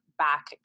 back